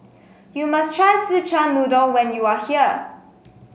you must try Szechuan Noodle when you are here